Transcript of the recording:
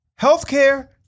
healthcare